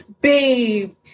babe